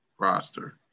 roster